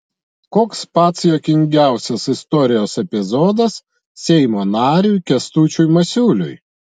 koks pats juokingiausias istorijos epizodas seimo nariui kęstučiui masiuliui